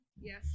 Yes